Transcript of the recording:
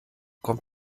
kommt